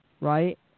right